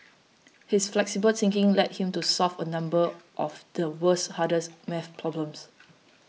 his flexible thinking led him to solve a number of the world's hardest math problems